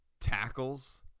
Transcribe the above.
tackles